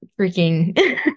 freaking